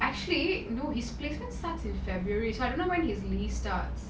actually no his placement starts in february so I don't know when he starts